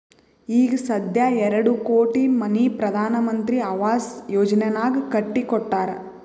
ಈಗ ಸಧ್ಯಾ ಎರಡು ಕೋಟಿ ಮನಿ ಪ್ರಧಾನ್ ಮಂತ್ರಿ ಆವಾಸ್ ಯೋಜನೆನಾಗ್ ಕಟ್ಟಿ ಕೊಟ್ಟಾರ್